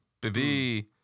Baby